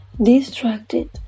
distracted